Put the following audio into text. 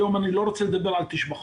היום אני לא רוצה לדבר על תשבחות,